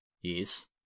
Yes